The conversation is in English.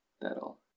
that'll